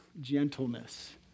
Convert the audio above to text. gentleness